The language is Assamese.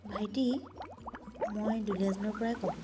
ভাইটি মই দুলিয়াজানৰ পৰাই ক'লোঁ